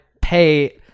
pay